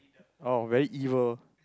oh very evil